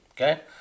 Okay